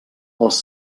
els